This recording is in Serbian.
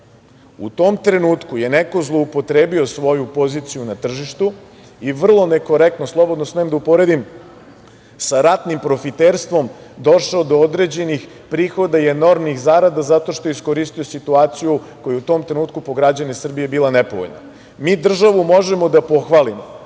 tom trenutku je neko zloupotrebio svoju poziciju na tržištu i vrlo nekorektno, slobodno smem da uporedim sa ratnim profiterstvom, došao do određenih prihoda i enormnih zarada zato što je iskoristio situaciju koja u tom trenutku po građane Srbije bila nepovoljna. Mi državu možemo da pohvalimo